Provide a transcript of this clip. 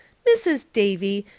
mrs. davy,